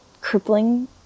crippling